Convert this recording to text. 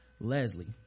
Leslie